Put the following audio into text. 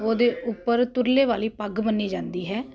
ਉਹਦੇ ਉੱਪਰ ਤੁਰਲੇ ਵਾਲੀ ਪੱਗ ਬੰਨ੍ਹੀ ਜਾਂਦੀ ਹੈ